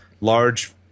large